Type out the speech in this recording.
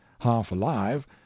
half-alive